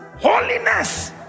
Holiness